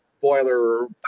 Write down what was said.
boiler